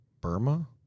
Burma